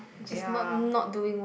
ya